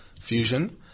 fusion